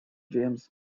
james